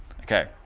Okay